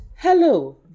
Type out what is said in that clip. Hello